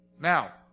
Now